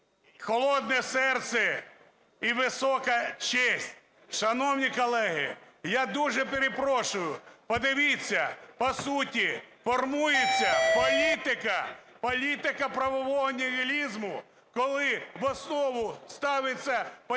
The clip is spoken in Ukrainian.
холодне серце і висока честь. Шановні колеги, я дуже перепрошую, подивіться, по суті формується політика, політика правового нігілізму, коли в основу ставиться політична